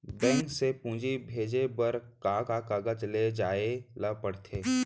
Bank से पूंजी भेजे बर का का कागज ले जाये ल पड़थे?